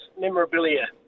memorabilia